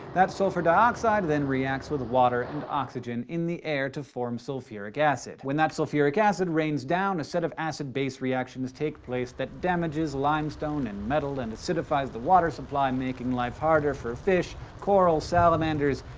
that sulfur dioxide then reacts with water and oxygen in the air to form sulfuric acid. when that sulfuric acid rains down, a set of acid-base reactions take place that damages limestone and metal, and acidifies the water supply, making life harder for fish, coral, salamanders,